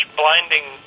blinding